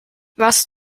was